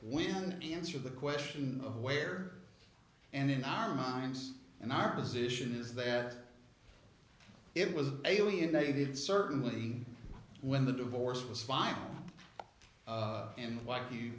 an answer the question of where and in our minds and our position is that it was alienated certainly when the divorce was final and like you